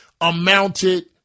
amounted